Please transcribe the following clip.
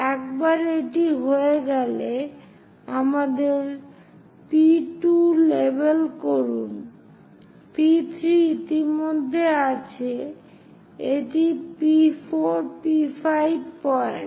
একবার এটি হয়ে গেলে তাদের P2 লেবেল করুন P3 ইতিমধ্যে আছে এটি P4 P5 পয়েন্ট